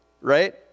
right